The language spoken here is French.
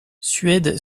suède